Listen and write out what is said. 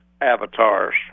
Avatars